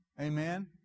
Amen